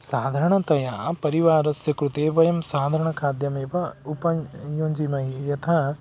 साधारणतया परिवारस्य कृते वयं साधारणखाद्यमेव उपयुञ्जीमहि यथा